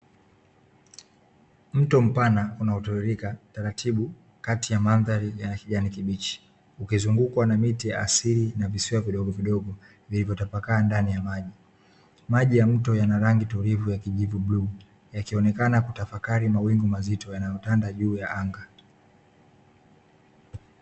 Mto mpana unaotiririka taratibu kati ya mandhari ya kijani kibichi, ukizungukwa na miti ya asili na visiwa vidogovidogo vilivyotapakaa ndani ya maji. Maji ya mto yana rangi tulivu ya kijivu bluu, yakionekana kutafakari mawingu mazito yanayotanda juu ya anga.